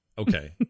Okay